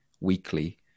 weekly